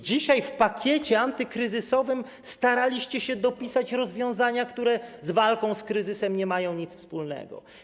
Dzisiaj do pakietu antykryzysowego staraliście się dopisać rozwiązania, które z walką z kryzysem nie mają nic wspólnego.